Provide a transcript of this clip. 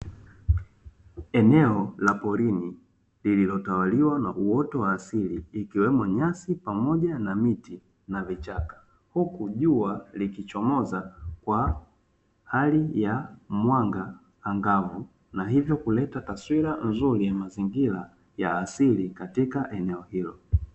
Eneo la porini lililotawaliwa na uoto wa asili, ikiwemo nyasi, pamoja na miti, na vichaka, huku jua likichomoza kwa hali ya mwanga angavu, na hivyo kuleta taswira nzuri ya mazingira ya sili katika eneo hilo.